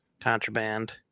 contraband